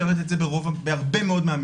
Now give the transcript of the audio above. מדינה לא מאפשרת את זה בהרבה מאוד מהמקרים